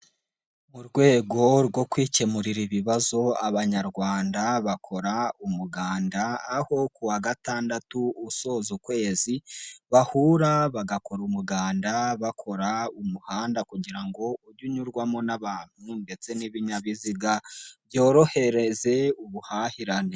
Mu rwego rwo kwikemurira ibibazo Abanyarwanda bakora umuganda aho kuwa gatandatu usoza ukwezi bahura bagakora umuganda bakora umuhanda kugira ngo ujye unyurwamo n'abantu ndetse n'ibinyabiziga byorohereze ubuhahirane.